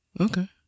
Okay